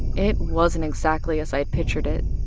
it wasn't exactly as i'd pictured it.